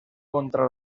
contra